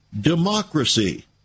democracy